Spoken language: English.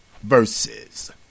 verses